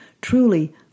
truly